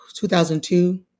2002